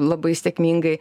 labai sėkmingai